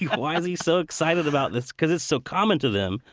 why is he so excited about this? because it's so common to them,